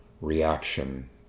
reaction